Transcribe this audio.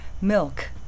milk